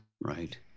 Right